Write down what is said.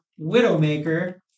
Widowmaker